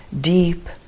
deep